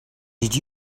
did